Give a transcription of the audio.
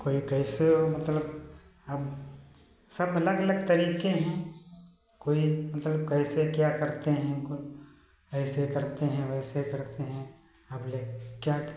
कैसे मतलब अब सब अलग अलग तरीके हैं कोई मतलब कैसे क्या करते हैं जब ऐसे करते हैं वैसे करते हैं हम लोग क्या